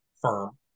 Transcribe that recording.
firm